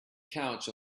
couch